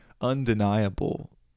undeniable